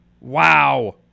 Wow